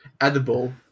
edible